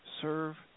serve